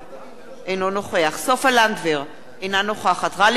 אינו נוכח סופה לנדבר, אינה נוכחת גאלב מג'אדלה,